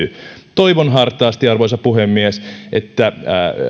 toivon hartaasti arvoisa puhemies että